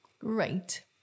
Great